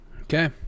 Okay